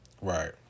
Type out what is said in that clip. Right